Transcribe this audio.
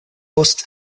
post